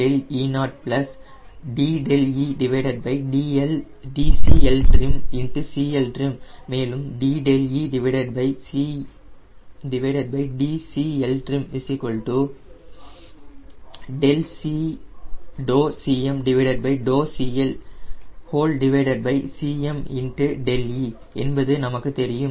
δe δe0 dedCLtrimCLtrim மேலும் dedCLtrim Cm CLCmδe என்பது நமக்கு தெரியும்